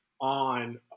on